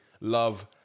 Love